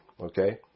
Okay